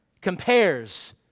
compares